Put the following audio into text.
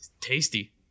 tasty